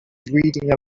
reading